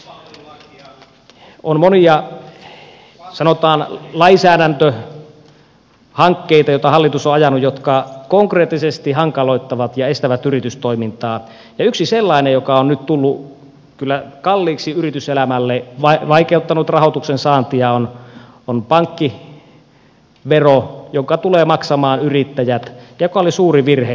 on monia sanotaan lainsäädäntöhankkeita joita hallitus on ajanut jotka konkreettisesti hankaloittavat ja estävät yritystoimintaa ja yksi sellainen joka on nyt tullut kyllä kalliiksi yrityselämälle vaikeuttanut rahoituksen saantia on pankkivero jonka tulevat maksamaan yrittäjät ja joka oli suuri virhe hallitukselta